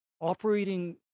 operating